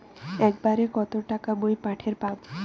একবারে কত টাকা মুই পাঠের পাম?